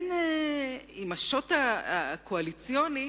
עם השוט הקואליציוני,